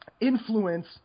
influence